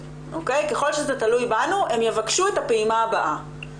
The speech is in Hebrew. ככל שזה תלוי בנו הם יבקשו את הפעימה הבאה.